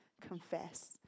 confess